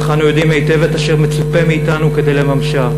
אך אנו יודעים היטב את אשר מצופה מאתנו כדי לממשה: